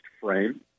frame